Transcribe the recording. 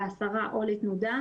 להסרה או לתנודה,